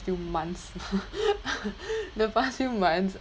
few months the past few months